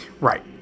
Right